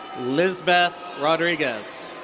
lizbeth rodriguez.